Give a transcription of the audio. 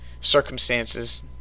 circumstances